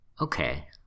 Okay